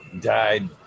died